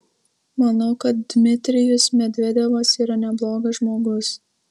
manau kad dmitrijus medvedevas yra neblogas žmogus